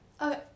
Okay